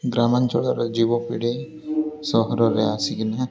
ଗ୍ରାମାଞ୍ଚଳର ଯୁବପିଢ଼ି ସହରରେ ଆସିକି ନା